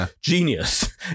genius